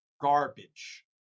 garbage